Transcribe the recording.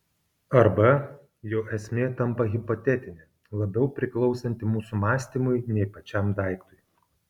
arba jo esmė tampa hipotetinė labiau priklausanti mūsų mąstymui nei pačiam daiktui